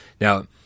Now